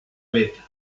beta